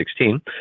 2016